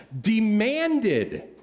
Demanded